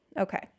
Okay